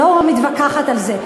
אני לא מתווכחת על זה.